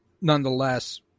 nonetheless